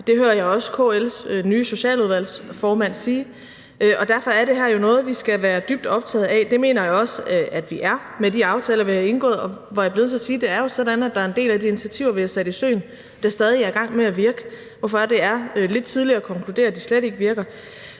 Det hører jeg også KL's nye socialudvalgsformand sige. Og derfor er det her jo noget, vi skal være dybt optaget af. Det mener jeg også vi er med de aftaler, vi har indgået. Og her bliver jeg nødt til at sige, at det jo er sådan, at der er en del af de initiativer, vi har sat i søen, der stadig er i gang med at virke, hvorfor det er lidt tidligt at konkludere, at de slet ikke virker.